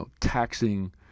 taxing